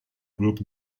group